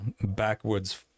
backwoods